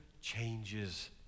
changes